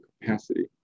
capacity